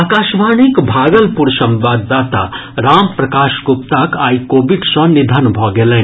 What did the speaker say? आकाशवाणीक भागलपुर संवाददाता राम प्रकाश गुप्ताक आइ कोविड सॅ निधन भऽ गेलनि